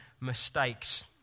mistakes